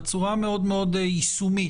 בצורה המאוד מאוד יישומית,